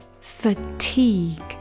fatigue